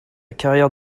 carrière